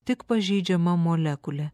tik pažeidžiama molekulė